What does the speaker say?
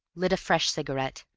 lit a fresh cigarette,